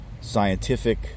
scientific